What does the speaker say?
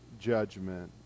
judgment